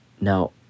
Now